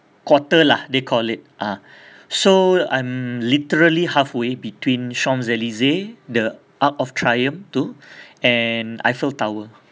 quarter lah they call it ah so I'm literally halfway between champs elysees the arc of triomphe to and eiffel tower